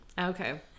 Okay